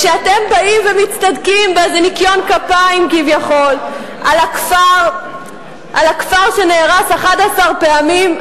כשאתם באים ומצטדקים באיזה ניקיון כפיים כביכול על הכפר שנהרס 11 פעמים,